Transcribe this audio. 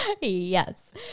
Yes